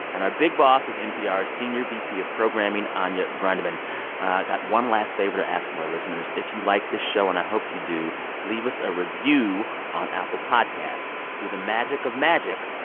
and our big boss is npr's senior vp of programming, anya grundmann i got one last favor to ask of our listeners. if you like this show and i hope you do leave us a review on apple podcast. through the magic of magic,